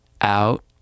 out